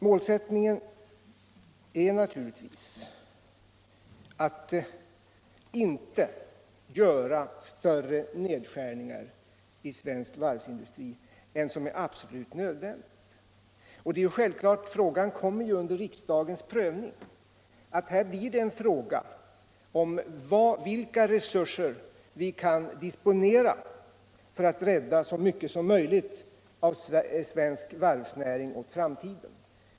Målsättningen är naturligtvis att inte göra större nedskärningar i svensk varvsindustri än som är absolut nödvändiga. Frågan kommer ju under riksdagens prövning, och då får vi ta ställning till vilka resurser vi kan disponera för att rädda så mycket som möjligt av svensk varvsnäring åt framtiden.